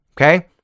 okay